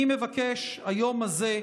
אני מבקש היום הזה,